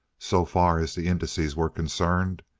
so far as the indices were concerned.